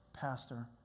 pastor